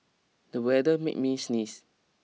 the weather made me sneeze